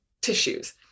tissues